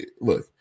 look